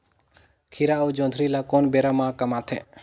खीरा अउ जोंदरी ल कोन बेरा म कमाथे?